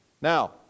Now